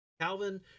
Calvin